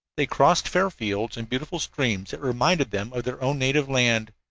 they crossed fair fields and beautiful streams that reminded them of their own native land,